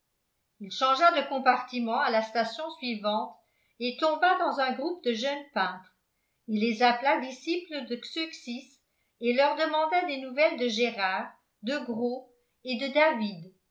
il changea de compartiment à la station suivante et tomba dans un groupe de jeunes peintres il les appela disciples de xeuxis et leur demanda des nouvelles de gérard de gros et de david